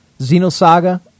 Xenosaga